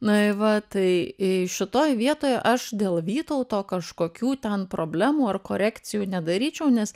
na i va tai i šitoj vietoje aš dėl vytauto kažkokių ten problemų ar korekcijų nedaryčiau nes